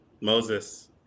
Moses